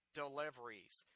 deliveries